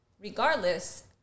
Regardless